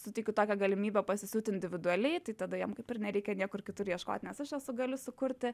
suteikiu tokią galimybę pasisiūt individualiai tai tada jiem kaip ir nereikia niekur kitur ieškot nes aš esu galiu sukurti